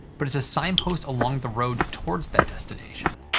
but it's a sign post along the road towards that destination.